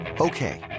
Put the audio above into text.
Okay